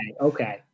okay